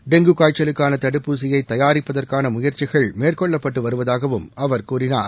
dengue கா ய்ச்சலுக்கான தடுப்பூசியை தயாரிப்பதற்கான முயற்சிகள் மேற்கொள்ளப்பட்டு வருவதாகவும் அவர் கூறினார்